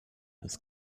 ist